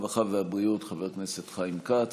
הרווחה והבריאות חבר הכנסת חיים כץ.